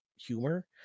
humor